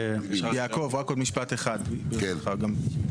יעקב, רק עוד משפט אחד, ברשותך.